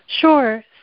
Sure